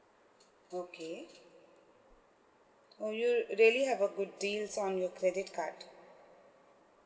okay oh you really have a good deals on your credit card